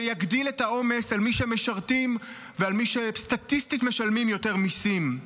שיגדיל את העומס על מי שמשרתים ועל מי שסטטיסטית משלמים יותר מיסים.